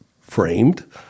framed